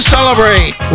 celebrate